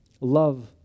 Love